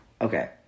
Okay